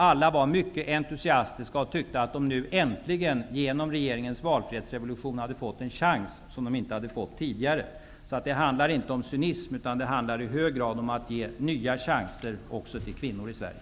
Alla var mycket entusiastiska och tyckte att de nu äntligen, genom regeringens valfrihetsrevolution, hade fått en chans som de inte hade haft tidigare. Det handlar inte om cynism, utan det handlar i hög grad om att ge nya chanser också till kvinnor i Sverige.